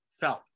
felt